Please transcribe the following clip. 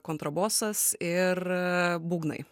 kontrabosas ir būgnai